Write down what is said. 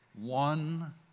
One